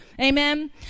Amen